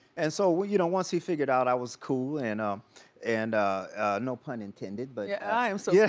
and so, well you know, once he figured out i was cool and um and no pun intended but, yeah, i am so yeah